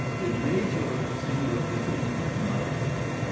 the major thing that is going to come out of it,